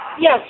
Yes